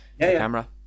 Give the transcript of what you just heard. camera